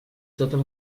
totes